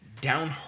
Down